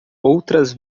outras